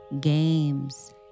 games